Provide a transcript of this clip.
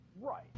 Right